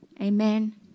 Amen